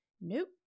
Nope